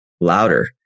louder